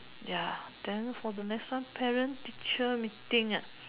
ya then for the next one parent teacher meeting ah